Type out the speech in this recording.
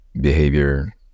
behavior